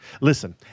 Listen